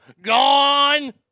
Gone